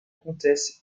comtesse